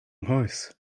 nghoes